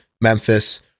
Memphis